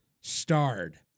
starred